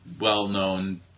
well-known